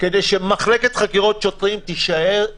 אולי ועדת החוקה תציע להקים במח"ש גורמים